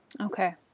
Okay